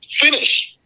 finish